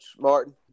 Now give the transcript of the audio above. Martin